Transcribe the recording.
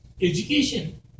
education